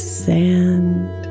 sand